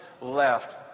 left